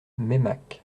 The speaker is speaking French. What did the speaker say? meymac